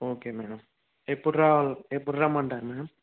okay madam ఎప్పుడు ర రా ఎప్పుడు రమ్మంటారు మేడం